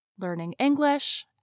learningenglish